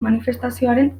manifestazioaren